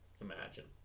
Imagine